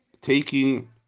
taking